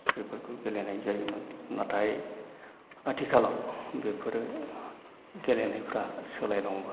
बेफोरखौ गेलेनाय जायोमोन नाथाय आथिखालाव बेफोरो गेलेनायफोरा सोलायलांबाय